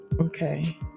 Okay